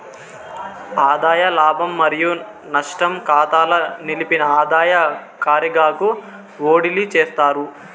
ఆదాయ లాభం మరియు నష్టం కాతాల నిలిపిన ఆదాయ కారిగాకు ఓడిలీ చేస్తారు